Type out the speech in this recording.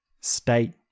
state